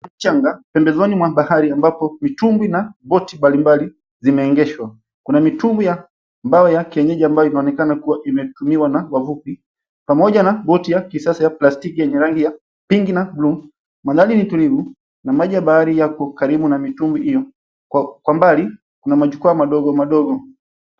Mchanga pembezoni mwa bahari ambapo mitumbwi na boti mbalimbali zimeegeshwa. Kuna mitumbwi ya mbao ya kienyeji ambayo inaonekana kua imetumiwa na wavuvi pamoja na boti ya kisasa ya plastiki yenye rangi ya pinki na buluu. Mandhari ni tulivu na maji ya bahari yapo karibu na mitumbwi hio kwa mbali kuna majukwaa madogo madogo.